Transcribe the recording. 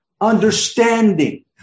understanding